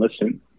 listen